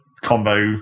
combo